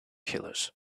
killers